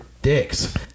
dicks